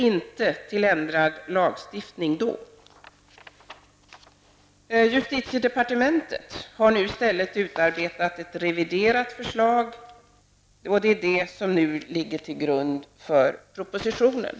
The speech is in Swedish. I Justitiedepartementet har i stället utarbetat ett reviderat förslag som ligger till grund för propositionen.